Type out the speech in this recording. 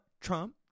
Trump